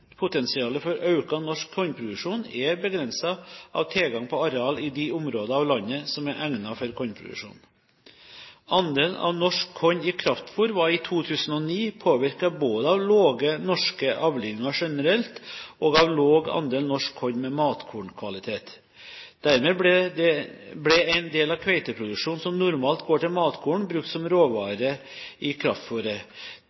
Potensialet for økt norsk kornproduksjon er begrenset av tilgangen på areal i de områder av landet som er egnet for kornproduksjon. Andelen av norsk korn i kraftfôr var i 2009 påvirket både av lave norske avlinger generelt og av lav andel norsk korn med matkornkvalitet. Dermed ble en del av hveteproduksjonen som normalt går til matkorn, brukt som